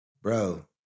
Bro